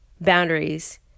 boundaries